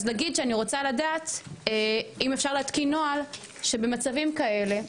אז נגיד שאני רוצה לדעת אם אפשר להתקין נוהל שבמצבים כאלה,